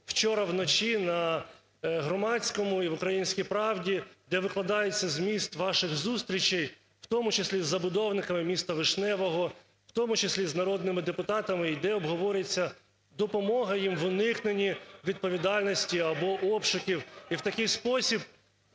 вчора вночі на "Громадському" і в "Українській правді", де викладається зміст ваших зустрічей, в тому числі з забудовниками міста Вишневого, в тому числі з народними депутатами і де обговорюється допомога їм в уникненні відповідальності або обшуків,